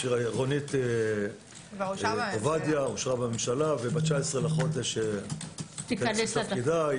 רונית עובדיה אושרה בממשלה וב-19 בחודש היא תיכנס לתפקידה.